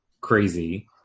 crazy